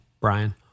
Brian